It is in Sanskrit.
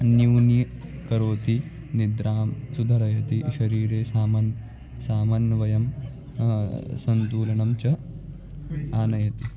न्यूनीकरोति निद्रां सुधरयति शरीरे समानं समन्वयं सन्तुलनं च आनयति